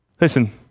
Listen